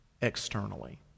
externally